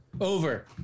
Over